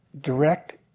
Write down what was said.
direct